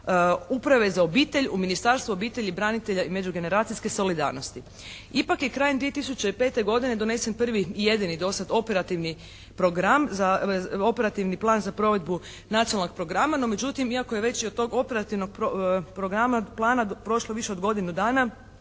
uprave za obitelj u Ministarstvu obitelji, branitelja i međugeneracijske solidarnosti. Ipak je krajem 2005. godine donesen prvi i jedini do sada operativni program, operativni plan za provedbu nacionalnog programa. No međutim, iako je veći i od tog operativnog programa plana prošlo više od godinu dana